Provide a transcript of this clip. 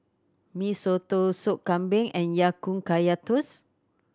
Mee Soto Sup Kambing and Ya Kun Kaya Toast